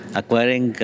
acquiring